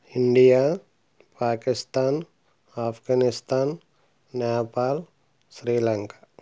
India Pakistan Afghanistan Nepal Sri Lanka